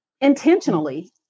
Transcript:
intentionally